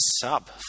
sub